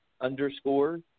underscore